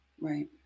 Right